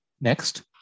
Next